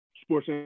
sports